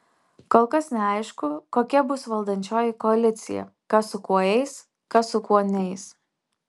kol kas neaišku kokia bus valdančioji koalicija kas su kuo eis kas su kuo neis